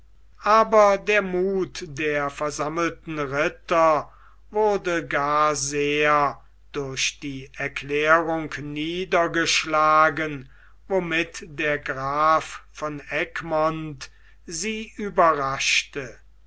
aber der muth der versammelten ritter wurde gar sehr durch die erklärung niedergeschlagen womit der graf von egmont sie überraschte